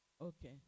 Okay